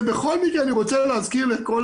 ובכל מקרה אני רוצה להזכיר לכל